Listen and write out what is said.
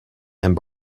and